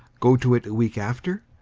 go to it a week after,